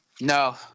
No